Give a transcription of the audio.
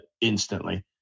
instantly